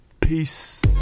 peace